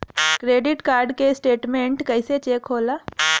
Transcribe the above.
Credit card के statement कइसे check होला?